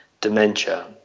dementia